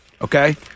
Okay